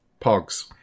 Pogs